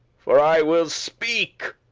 for i will speak,